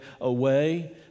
away